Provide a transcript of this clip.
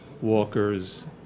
walkers